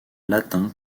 latin